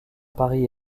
paris